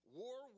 war